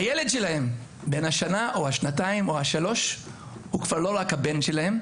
הילד שלהם בן השנה או השנתיים או השלוש הוא כבר לא רק הבן שלהם,